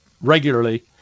regularly